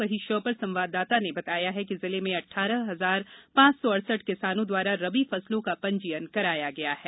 वहीं श्योपुर संवाददाता ने बताया कि जिले में अठारह हजार पांच सौ अड़सठ किसानों द्वारा रबी फसलो का पंजीयन कराया गया है